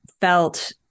felt